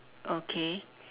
okay